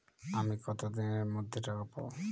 আমি কতদিনের মধ্যে টাকা পাবো?